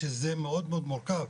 שזה מאוד מורכב,